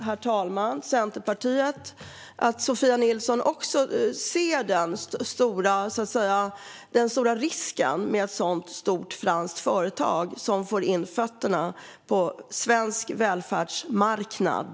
Ser inte Centerpartiet och Sofia Nilsson, herr talman, den stora risken med att ett sådant stort franskt företag får in foten på svensk välfärdsmarknad?